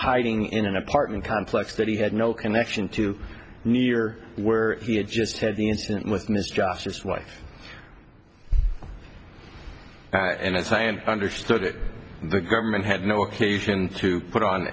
hiding in an apartment complex that he had no connection to near where he had just had the incident with mistrust his wife and i say and understood that the government had no occasion to put on